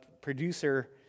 producer